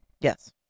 Yes